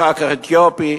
אחר כך אתיופי,